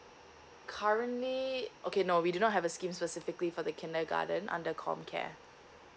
currently okay no we do not have a scheme specifically for the kindergarten under com care